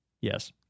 Yes